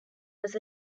was